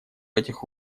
этих